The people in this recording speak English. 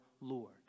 Lord